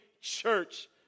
church